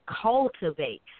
cultivate